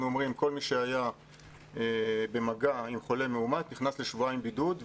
אומרים שכל מי שהיה במגע עם חולה מאומת נכנס לשבועיים בידוד,